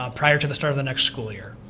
um prior to the start of the next school year.